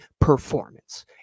performance